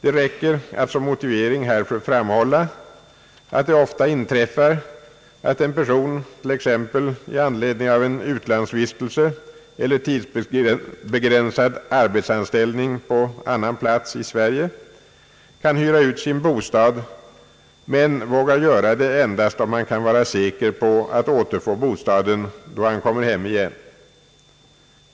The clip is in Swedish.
Det räcker att såsom motivering härför framhålla, att det ofta inträffar att en person, t.ex. i anledning av en utlandsvistelse eller tidsbegränsad arbetsanställning på annan plats i Sverige, kan hyra ut sin bostad men vågar göra det endast om han kan vara säker på att återfå bostaden då han kommer hem igen.